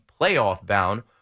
playoff-bound